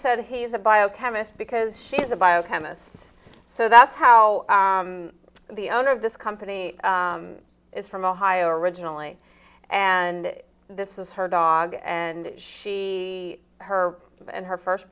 said he's a biochemist because she's a biochemist so that's how the owner of this company is from ohio originally and this is her dog and she her and her first